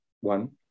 One